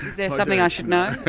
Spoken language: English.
there something i should know.